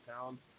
pounds